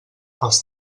els